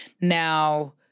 Now—